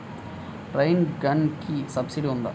Rain గన్కి subsidy ఉందా?